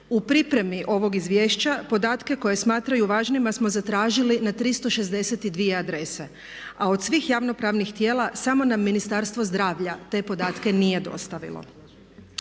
U pripremi ovog izvješća podatke koje smatraju važnima smo zatražili na 362 adrese a od svih javno pravnih tijela samo nam Ministarstvo zdravlja te podatke nije dostavilo.